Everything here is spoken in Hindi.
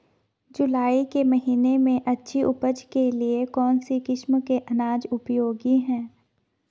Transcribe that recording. जुलाई के महीने में अच्छी उपज के लिए कौन सी किस्म के अनाज उपयोगी हैं?